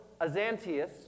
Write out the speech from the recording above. Azantius